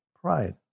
Pride